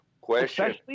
question